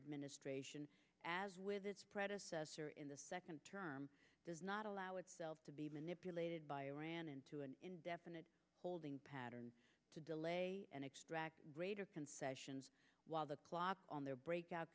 administration as with its predecessor in the second term does not allow itself to be manipulated by iran into an indefinite holding pattern to delay and extract greater concessions while the clock on their breakout